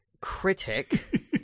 critic